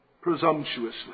presumptuously